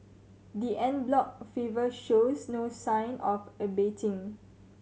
the en bloc fervour shows no sign of abating